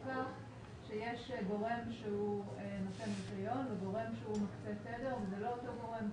יש גורם שהוא נותן רישיונות גורם שמקצה תדר וזה לא אותו גורם.